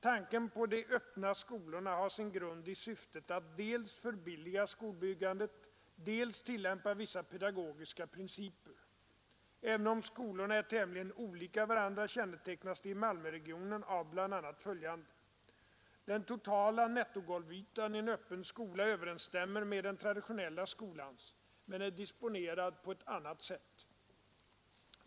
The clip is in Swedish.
Tanken på de öppna skolorna har sin grund i syftet att dels förbilliga skolbyggandet, dels tillämpa vissa pedagogiska principer. Även om skolorna är tämligen olika varandra kännetecknas de i Malmöregionen av bl.a. följande: Den totala nettogolvytan i en öppen skola överensstämmer med den traditionella skolans men är disponerad på ett annat sätt.